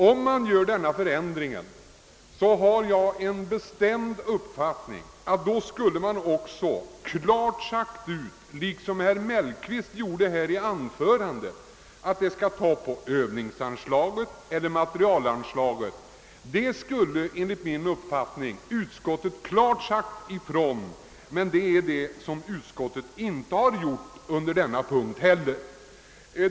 Om en förändring hade vidtagits, borde utskottet klart ha sagt ifrån — såsom herr Mellqvist gjorde i sitt anförande — ati dessa medel skulle tas på övningsansla get eller materielanslaget, men så har inte skett.